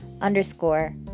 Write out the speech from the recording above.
underscore